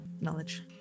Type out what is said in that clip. knowledge